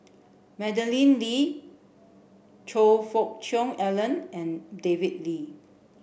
Madeleine Lee Choe Fook Cheong Alan and David Lee